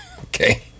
Okay